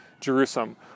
Jerusalem